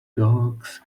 dogs